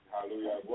Hallelujah